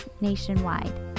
nationwide